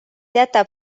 jätab